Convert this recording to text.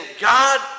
God